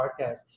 podcast